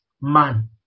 man